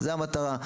זאת המטרה.